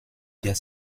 their